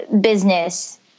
business